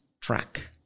track